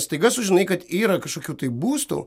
staiga sužinai kad yra kažkokių tai būstų